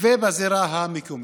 ובזירה המקומית.